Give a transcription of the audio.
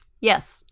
yes